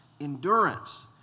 endurance